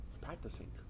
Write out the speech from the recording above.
practicing